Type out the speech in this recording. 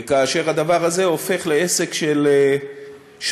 וכאשר הדבר הזה הופך לעסק של שבוע,